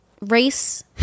race